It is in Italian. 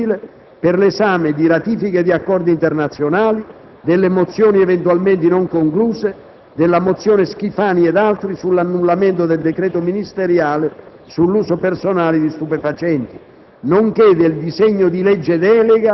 mercoledì 11 e giovedì 12 aprile per l'esame di ratifiche di accordi internazionali, delle mozioni eventualmente non concluse, della mozione Schifani ed altri sull'annullamento del decreto ministeriale sull'uso personale di stupefacenti,